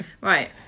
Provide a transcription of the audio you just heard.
Right